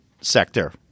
sector